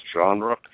genre